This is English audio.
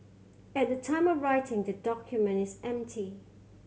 at the time of writing the document is empty